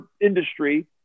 industry